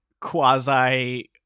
quasi